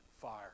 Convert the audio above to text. fire